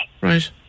Right